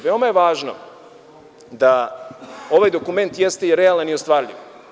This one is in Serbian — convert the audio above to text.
Veoma je važno da ovaj dokument jeste realan i ostvarljiv.